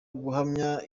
guhamya